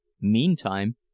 Meantime